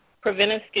preventive